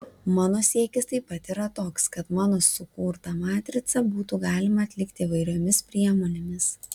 mano siekis taip pat yra toks kad mano sukurtą matricą būtų galima atlikti įvairiomis priemonėmis